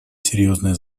серьезные